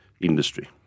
industry